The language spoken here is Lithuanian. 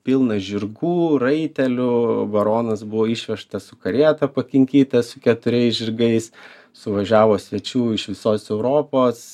pilną žirgų raitelių baronas buvo išvežtas su karieta pakinkyta su keturiais žirgais suvažiavo svečių iš visos europos